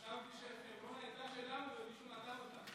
חשבתי שחברון הייתה שלנו ומישהו נתן אותה.